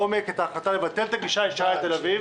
ביטול הגישה הישירה לתל אביב?